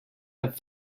have